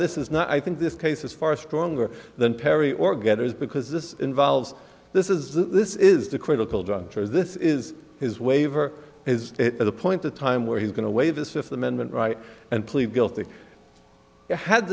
this is not i think this case is far stronger than perry or gathers because this involves this is the this is the critical juncture this is his waiver is at the point of time where he's going to waive his fifth amendment right and plead guilty